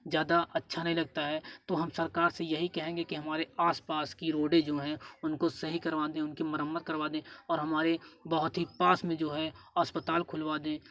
ज्यादा अच्छा नहीं लगता है तो हम सरकार से यही कहेंगे कि हमारे आस पास की रोडे जो हैं उनको सही करवा दे उनकी मरम्मत करवा दे और हमारे बहुत ही पास में जो है अस्पताल खुलवा दें